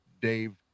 dave